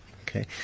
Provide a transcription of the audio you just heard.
Okay